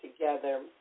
together